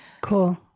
Cool